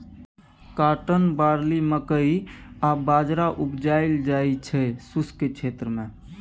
cotton, barley, मकइ आ बजरा उपजाएल जाइ छै शुष्क क्षेत्र मे